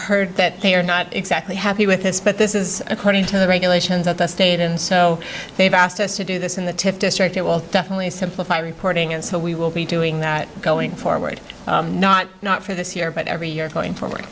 heard that they are not exactly happy with this but this is according to the regulations of the state and so they've asked us to do this in the district it will definitely simplify reporting and so we will be doing that going forward not not for this year but every year going forward